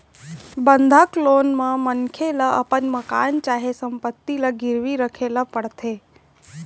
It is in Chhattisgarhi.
बंधक लोन म मनखे ल अपन मकान चाहे संपत्ति ल गिरवी राखे ल परथे